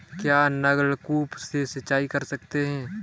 क्या नलकूप से सिंचाई कर सकते हैं?